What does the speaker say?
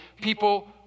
people